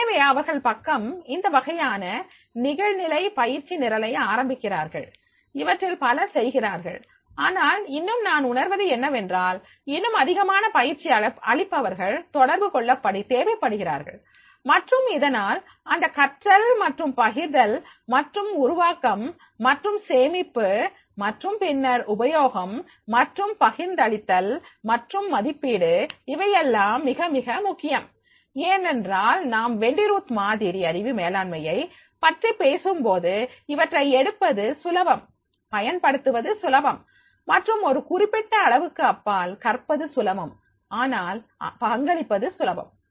எனவே அவர்கள் பக்கம் இந்த வகையான நிகழ்நிலை பயிற்சி நிரல்களை ஆரம்பிக்கிறார்கள் இவற்றில் பலர் செய்கிறார்கள் ஆனால் இன்னும் நான் உணர்வது என்னவென்றால் இன்னும் அதிகமான பயிற்சி அளிப்பவர்கள் தொடர்புகொள்ள தேவைப்படுகிறார்கள் மற்றும் அதனால் இந்த கற்றல் மற்றும் பகிர்தல் மற்றும் உருவாக்கம் மற்றும் சேமிப்பு மற்றும் பின்னர் உபயோகம் மற்றும் பகிர்ந்தளித்தல் மற்றும் மதிப்பீடு இவையெல்லாம் மிக மிக முக்கியம் ஏனென்றால் நாம் வெண்டி ரூத் மாதிரி அறிவு மேலாண்மையைப் பற்றி பேசும்போது இவற்றை எடுப்பது சுலபம் பயன்படுத்துவது சுலபம் மற்றும் ஒரு குறிப்பிட்ட அளவுக்கு அப்பால் கற்பது சுலபம் ஆனால் பங்களிப்பது சுலபம்